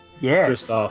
Yes